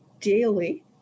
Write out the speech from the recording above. daily